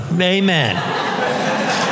Amen